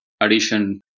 addition